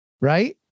Right